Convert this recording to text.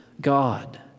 God